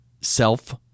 self